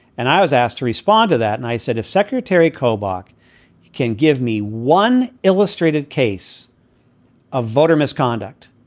and i was asked to respond to that. and i said, if secretary kobuk can give me one illustrative case of voter misconduct,